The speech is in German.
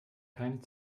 keinen